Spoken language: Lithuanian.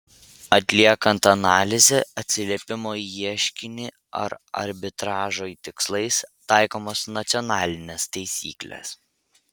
atliekant analizę atsiliepimo į ieškinį ar arbitražo tikslais taikomos nacionalinės taisyklės